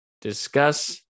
discuss